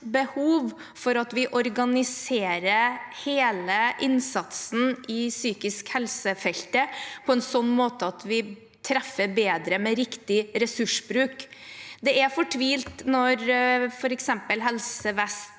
for at vi organiserer hele innsatsen innen psykisk helse-feltet på en slik måte at vi treffer bedre, med riktig ressursbruk. Det er fortvilt når f.eks. Helse Vest